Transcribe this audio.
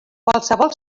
qualsevol